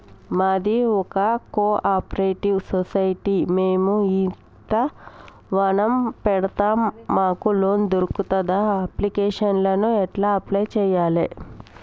మాది ఒక cooperative society మేము ఈత వనం పెడతం మాకు లోన్ దొర్కుతదా? అప్లికేషన్లను ఎట్ల అప్లయ్ చేయాలే?